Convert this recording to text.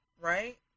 Right